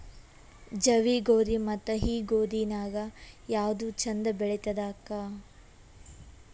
ಜವಿ ಗೋಧಿ ಮತ್ತ ಈ ಗೋಧಿ ನ್ಯಾಗ ಯಾವ್ದು ಛಂದ ಬೆಳಿತದ ಅಕ್ಕಾ?